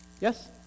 Yes